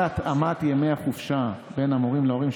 התאמת ימי החופשה בין המורים להורים,